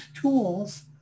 tools